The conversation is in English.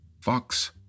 Fox